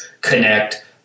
connect